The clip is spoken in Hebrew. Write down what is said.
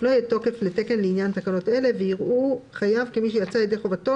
לא יהיה תוקף לתקן לעניין תקנות אלה, ויראו חייב כמי שיצא ידי חובתו